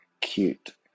Cute